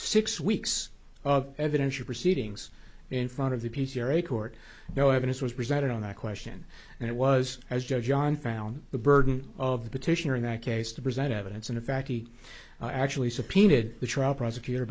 six weeks of evidence you proceedings in front of the p c or a court no evidence was presented on that question and it was as john found the burden of the petitioner in that case to present evidence and in fact he actually subpoenaed the trial prosecutor